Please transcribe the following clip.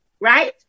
right